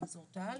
פרופ' טל,